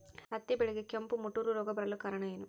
ಹತ್ತಿ ಬೆಳೆಗೆ ಕೆಂಪು ಮುಟೂರು ರೋಗ ಬರಲು ಕಾರಣ?